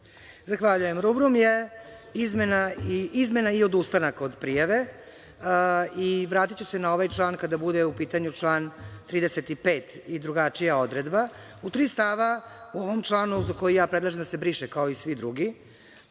Zahvaljujem. Rubrum je „Izmena i odustanak od prijave“. Vratiću se na ovaj član kada bude u pitanju član 35. i drugačija odredba. U tri stava u ovom članu za koji ja predlažem da se briše kao i ovaj